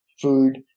food